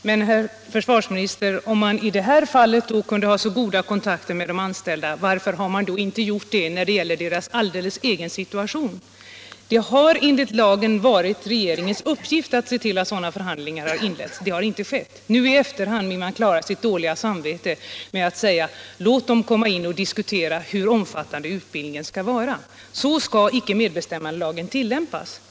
Herr talman! Om man i fråga om försvarspropositionen, herr försvarsminister, kunde ha så goda kontakter med de anställda, varför har man då inte haft det när det gäller deras egen situation? Enligt lagen har det varit regeringens uppgift att se till att förhandlingar inletts, men det har inte skett. Nu i efterhand vill man klara sitt dåliga samvete genom att säga: Låt dem komma in och diskutera hur omfattande utbildningen skall vara! Så skall icke medbestämmandelagen tillämpas.